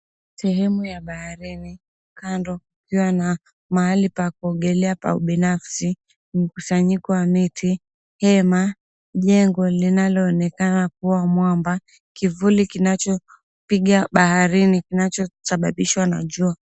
Sehemu ya baharini, kando kukiwa na mahali pa kuogelea pa ubinafsi, mkusanyiko wa neti, hema, jengo linaloonekana kuwa mwamba, kivuli kinachopiga baharini kinacho sababishwa na jua.